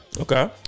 okay